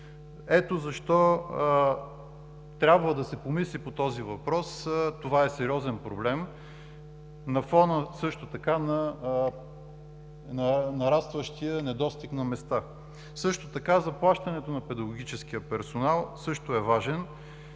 Ето защо трябва да се помисли по този въпрос. Това е сериозен проблем, също така на фона на нарастващия недостиг на места. Заплащането на педагогическия персонал също е важен.